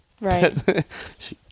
Right